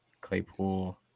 Claypool